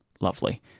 Lovely